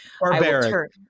barbaric